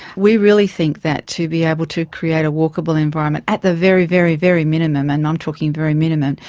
we really think that to be able to create a walkable environment at the very, very very minimum, and i'm talking very minimum,